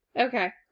Okay